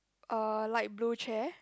uh light blue chair